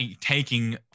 taking